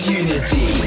unity